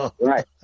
Right